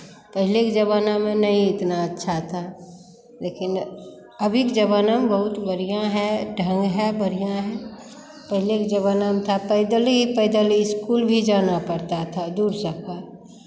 पहले के ज़माना में नहीं इतना अच्छा था लेकिन अभी के ज़माना में बहुत बढ़ियाँ है ढंग है बढ़ियाँ है पहले के ज़माना में था पैदल ही पैदल इस्कूल भी जाना पड़ता था दूर सबका